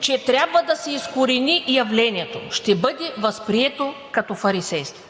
че трябва да се изкорени явлението, ще бъде възприето като фарисейство